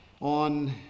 On